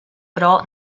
però